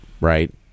Right